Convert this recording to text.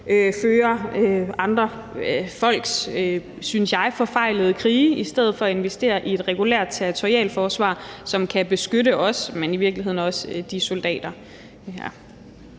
føre andre folks, synes jeg, forfejlede krige, i stedet for at investere i et regulært territorialforsvar, som kan beskytte os, men i virkeligheden også de soldater.